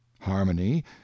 harmony